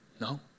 No